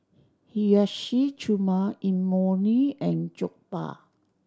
Hiyashi Chuka Imoni and Jokbal